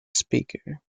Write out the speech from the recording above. speaker